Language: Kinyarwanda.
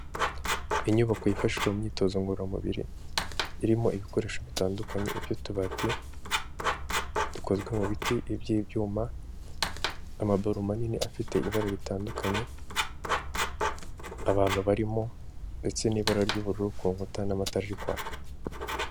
Inyubako yifashishwa mu myitozo ngororamubiri irimo ibikoresho bitandukanye iby'utubati dukozwe mu biti iby'ibyuma, amabalo manini afite ibara ritandukanye, abantu barimo ndetse n'ibara ry'ubururu ku nkuta n'amatara ari kwaka.